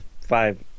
five